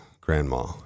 grandma